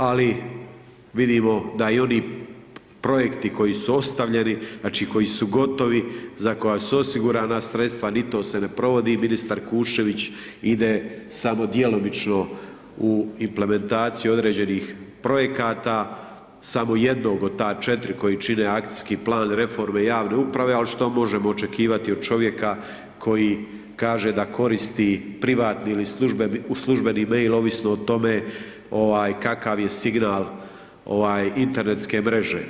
Ali, vidimo da i oni projekti koji su ostavljeni, koji su gotovo, za koje su osigurana sredstva ni to se ne provodi, ministar Kušćević, ide samo djelomično u implementaciju određenih projekata, samo jednog od ta četiri koja čini akcijski plan reforme i javne uprave, ali što možemo očekivati od čovjeka, koji kaže da koristi privatni ili službeni mail ovisno o tome, kakav je signal internetske mreže.